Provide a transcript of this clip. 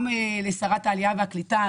גם לשרת העלייה והקליטה,